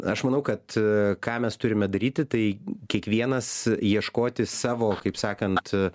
aš manau kad ką mes turime daryti tai kiekvienas ieškoti savo kaip sakant